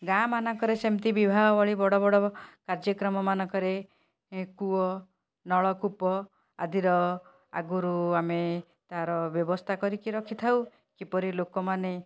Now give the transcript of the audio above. ଗାଁ ମାନଙ୍କରେ ସେମିତି ବିବାହ ଭଳି ବଡ଼ବଡ଼ କାର୍ଯ୍ୟକ୍ରମମାନଙ୍କରେ କୂଅ ନଳକୂପ ଆଦିର ଆଗରୁ ଆମେ ତାର ବ୍ୟବସ୍ଥା କରିକି ରଖିଥାଉ କିପରି ଲୋକମାନେ